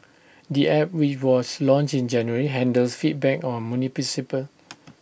the app which was launched in January handles feedback on municipal